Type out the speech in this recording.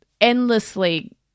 endlessly